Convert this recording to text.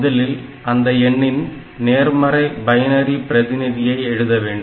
முதலில் அந்த எண்ணின் நேர்மறை பைனரி பிரதிநிதியை எழுத வேண்டும்